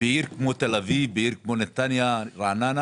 בעיר כמו תל אביב, נתניה או רעננה